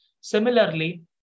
Similarly